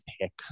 pick